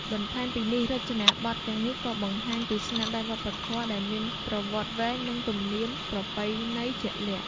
បន្ថែមពីនេះ រចនាបថទាំងនេះក៏បង្ហាញពីស្នាដៃវប្បធម៌ដែលមានប្រវត្តិវែងនិងទំនៀមប្រពៃណីជាក់លាក់។